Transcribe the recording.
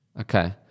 Okay